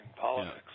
politics